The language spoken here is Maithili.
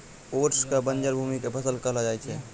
ओट्स कॅ बंजर भूमि के फसल कहलो जाय छै